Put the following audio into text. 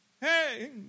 Hey